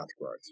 growth